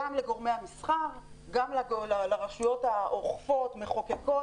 גם לגורמי המסחר, גם לרשויות האוכפות והמחוקקות.